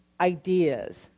ideas